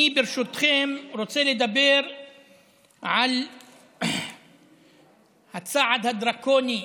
ברשותכם, אני רוצה לדבר על הצעד הדרקוני,